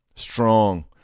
strong